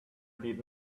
did